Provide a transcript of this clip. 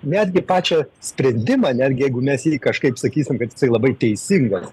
netgi pačią sprendimą netgi jeigu mes jį kažkaip sakysim kad jisai labai teisingas